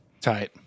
Tight